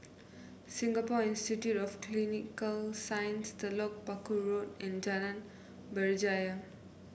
Singapore Institute for Clinical Sciences Telok Paku Road and Jalan Berjaya